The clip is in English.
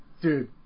dude